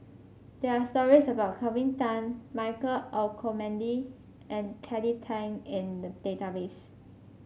there are stories about Kelvin Tan Michael Olcomendy and Kelly Tang in the database